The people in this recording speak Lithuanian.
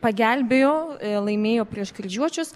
pagelbėjo laimėjo prieš kryžiuočius